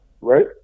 right